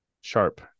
sharp